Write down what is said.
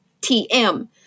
TM